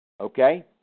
Okay